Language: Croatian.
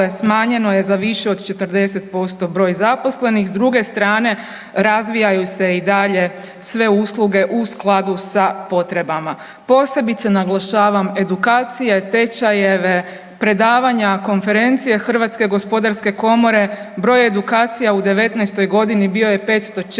smanjeno je za više od 40% broj zaposlenih. S druge strane razvijaju se i dalje sve usluge u skladu sa potrebama. Posebice naglašavam edukacije, tečajeve, predavanja, konferencije HGK. Broj edukacija u '19.g. bio je 504.